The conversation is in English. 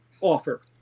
offer